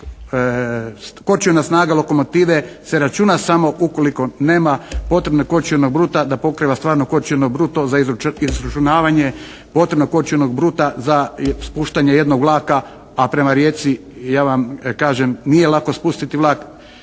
kočiona snaga lokomotive se računa samo ukoliko nema potrebnog kočionog bruta da pokriva stvarno kočiono bruto za izračunavanje potrebnog kočionog bruta za spuštanje jednog vlaka, a prema Rijeci ja vam kažem nije lako spustiti vlak.